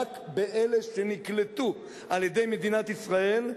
רק באלה שנקלטו על-ידי מדינת ישראל,